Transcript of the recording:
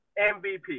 MVP